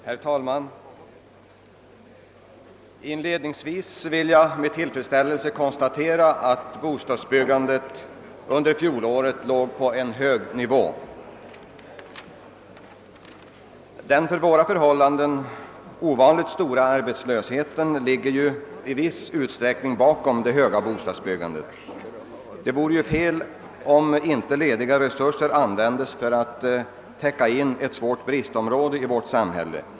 Herr talman! Inledningsvis vill jag med tillfredsställelse konstatera att bostadsbyggandet under fjolåret låg på en hög nivå. Den för våra förhållanden ovanligt stora arbetslösheten har i viss utsträckning medgett det höga bostadsbyggandet. Det vore ju fel om inte lediga resurser användes för att tillgodose ett svårt bristområde i vårt samhälle.